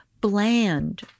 bland